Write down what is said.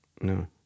no